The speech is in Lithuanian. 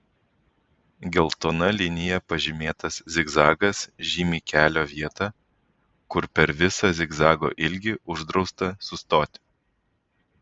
geltona linija pažymėtas zigzagas žymi kelio vietą kur per visą zigzago ilgį uždrausta sustoti